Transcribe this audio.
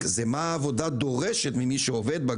היא מה העבודה דורשת ממי שעובד בה,